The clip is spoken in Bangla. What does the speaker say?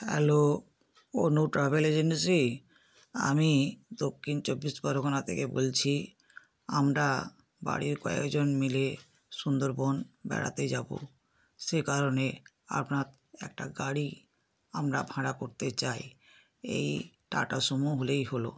হ্যালো অনু ট্রাভেল এজেন্সি আমি দক্ষিণ চব্বিশ পরগনা থেকে বলছি আমরা বাড়ির কয়কজন মিলে সুন্দরবন বেড়াতে যাব সে কারণে আপনার একটা গাড়ি আমরা ভাড়া করতে চাই এই টাটা সুমো হলেই হল